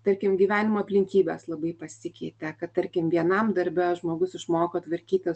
tarkim gyvenimo aplinkybės labai pasikeitė kad tarkim vienam darbe žmogus išmoko tvarkytis